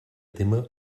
tema